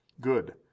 good